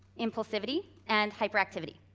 impulsivity, and hyperactivity.